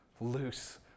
loose